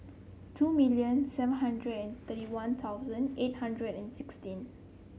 two million seven hundred and thirty One Thousand eight hundred and sixteen